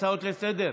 הצעות לסדר-היום.